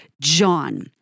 John